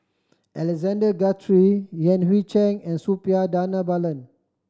Alexander Guthrie Yan Hui Chang and Suppiah Dhanabalan